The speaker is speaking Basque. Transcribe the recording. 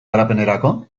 garapenerako